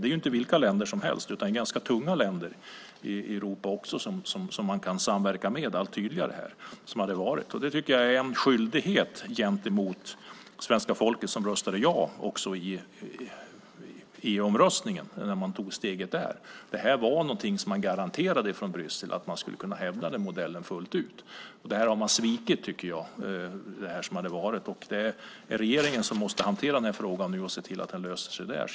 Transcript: Det är inte vilka länder som helst, utan ganska tunga länder i Europa, som man allt tydligare kan samverka med. Det tycker jag är en skyldighet gentemot svenska folket, som röstade ja i omröstningen när man tog steget där. Det här var någonting som man garanterade från Bryssel, att man skulle kunna hävda den modellen fullt ut. Det här har man svikit, tycker jag. Det är regeringen som måste hantera den här frågan nu och se till att den löser sig där.